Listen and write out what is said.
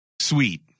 sweet